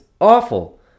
awful